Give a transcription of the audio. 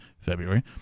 February